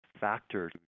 factor